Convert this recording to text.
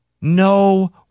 No